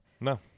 No